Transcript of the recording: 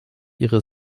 ihre